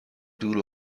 دور